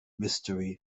mystery